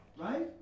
right